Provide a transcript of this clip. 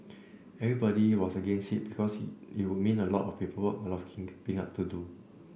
everybody was against it because it would mean a lot of paperwork a lot of keeping up to do